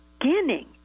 beginning